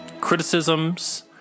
criticisms